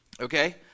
Okay